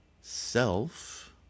self